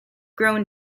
grown